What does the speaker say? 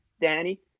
Danny